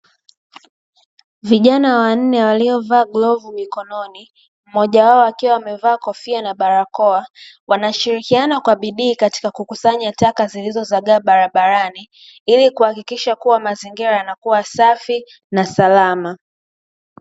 Vijana wanne walio vaa glovu mikononi, mmoja wao akiwa amevaa kofia na barakoa, wanashirikiana kwa bidii katika kukusanya taka zilizo zagaa barabarani, ili kuhakikisha kua maeneo ya mazingira yanakua safi na salama.